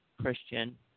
Christian